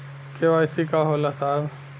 KYC का होला साहब?